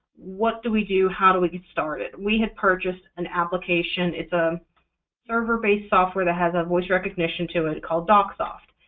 what do we do? how do we get started? we had purchased an application. it's a server-based software that has a voice recognition to it called docsoft.